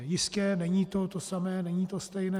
Jistě, není to to samé, není to stejné.